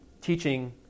teaching